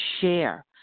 share